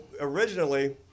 originally